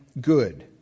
good